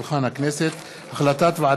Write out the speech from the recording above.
הצעת חוק לתיקון פקודת הבטיחות בעבודה התקבלה